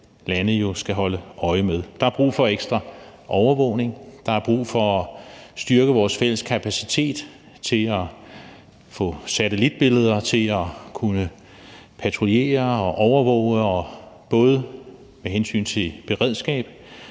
lande jo skal holde øje med. Der er brug for ekstra overvågning, der er brug for at styrke vores fælles kapacitet til at få satellitbilleder, til at kunne patruljere og overvåge, både med hensyn til beredskab,